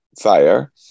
fire